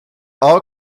all